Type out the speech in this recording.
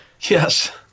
yes